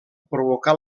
provocà